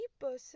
person